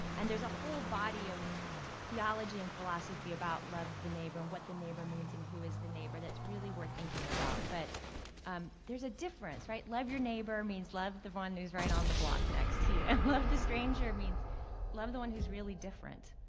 and there's a whole body of theology and philosophy about love the neighbor and what the the neighbor means and who is the neighbor that's really worth thinking about. but um there's a difference, right? love your neighbor means love the one who's right on the block next to you. and love the stranger means love the one who's really different.